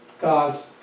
God's